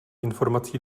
informací